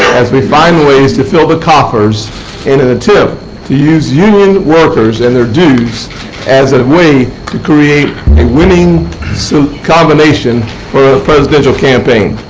as we find ways to fill the coffers in an attempt to to use union workers and their dues as a way to create a winning so combination for a presidential campaign.